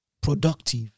productive